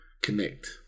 connect